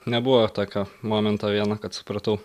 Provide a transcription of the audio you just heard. nebuvo tokio momento vieno kad supratau